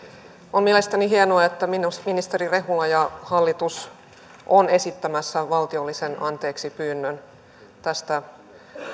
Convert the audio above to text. on mielestäni hienoa että ministeri rehula ja hallitus ovat esittämässä valtiollisen anteeksipyynnön tästä